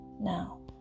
now